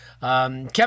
Kevin